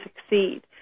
succeed